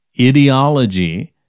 ideology